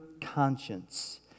Conscience